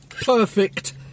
perfect